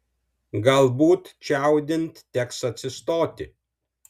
galbūt čiaudint teks atsistoti